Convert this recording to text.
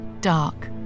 Dark